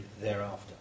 thereafter